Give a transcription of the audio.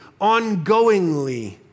ongoingly